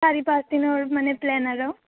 চাৰি পাঁচদিনৰ মানে প্লেন আৰু